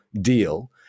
deal